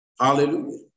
Hallelujah